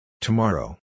Tomorrow